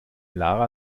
lara